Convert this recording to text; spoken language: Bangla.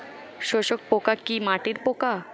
শোষক পোকা কি মাটির পোকা?